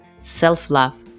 Self-Love